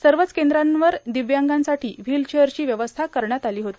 सर्वच केंद्रांवर दिव्यांगांसाठी व्हिलचेअरची व्यवस्था करण्यात आली होती